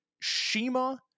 Shima